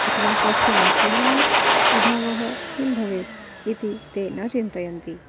अथवा स्वस्य वाक्यानां प्रभावः किं भवेत् इति ते न चिन्तयन्ति